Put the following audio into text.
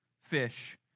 fish